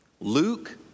Luke